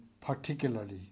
particularly